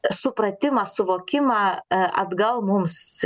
supratimą suvokimą atgal mums